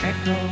Echo